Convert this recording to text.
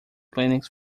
clinics